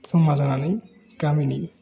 जमा जानानै गामिनि